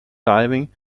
diving